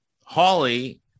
Holly